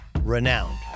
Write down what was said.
renowned